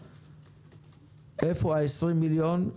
איפה ה-20 מיליון,